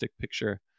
picture